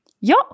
Ja